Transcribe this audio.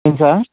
తెలుసా